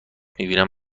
میبینیم